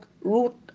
root